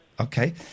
Okay